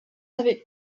avec